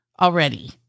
already